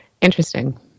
interesting